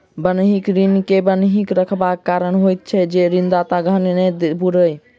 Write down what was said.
बन्हकी ऋण मे बन्हकी रखबाक कारण होइत छै जे ऋणदाताक धन नै बूड़य